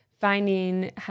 finding